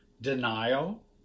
denial